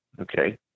Okay